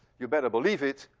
you better believe it,